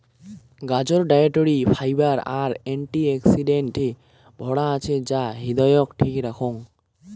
গাজর dietary fibre আর অ্যান্টি অক্সিডেন্টে ভরা আছে যা হৃদয়ক ঠিক রাখং